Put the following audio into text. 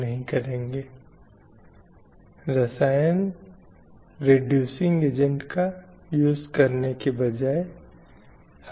मैं वहीं से जारी रखूंगी जहां पर हमने चर्चा छोड़ी थी